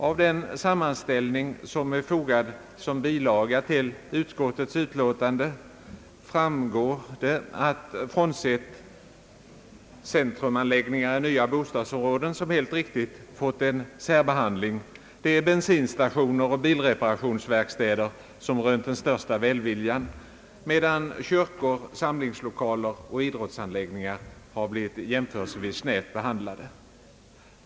Av den sammanställning som är fogad som bilaga till utskottets betänkande framgår att det — frånsett centrumanläggningar i nya bostadsområden, vilka helt riktigt fått en särbehandling — är bensinstationer och bilreparationsverkstäder som rönt den största välviljan, medan kyrkor, samlingslokaler och idrottsanläggningar har blivit jämförelsevist snävt behandlade.